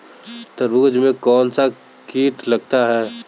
तरबूज में कौनसा कीट लगता है?